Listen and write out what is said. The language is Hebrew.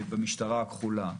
במשטרה הכחולה.